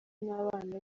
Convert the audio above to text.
n’abana